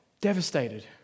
devastated